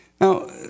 Now